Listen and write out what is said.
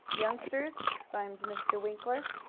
youngsters! exclaimed mr. winkler.